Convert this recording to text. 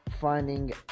finding